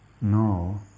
No